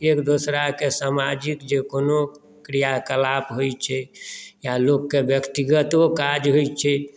एक दोसराकेँ सामाजिक जे कोनो क्रिया कलाप होइत छै या लोककेँ व्यक्तिगतो कागज होइत छै